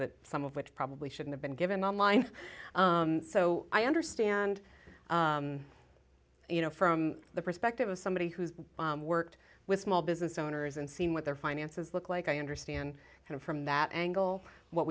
that some of which probably should have been given on line so i understand you know from the perspective of somebody who's worked with small business owners and seen what their finances look like i understand kind of from that angle what